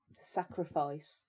sacrifice